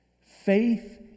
Faith